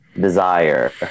desire